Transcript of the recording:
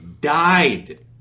died